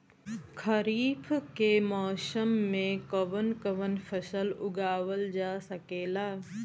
खरीफ के मौसम मे कवन कवन फसल उगावल जा सकेला?